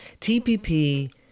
TPP